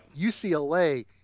UCLA